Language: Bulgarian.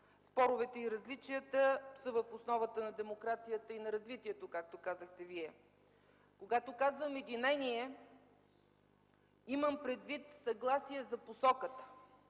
Споровете и различията са в основата на демокрацията и на развитието, както казахте Вие. Когато казвам „единение”, имам предвид съгласие за посоката,